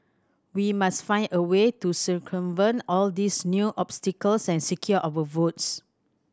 we must find a way to circumvent all these new obstacles and secure our votes